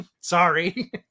Sorry